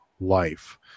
life